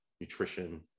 nutrition